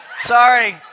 sorry